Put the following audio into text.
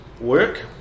work